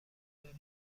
داریم